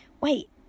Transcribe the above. wait